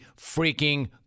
freaking